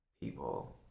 people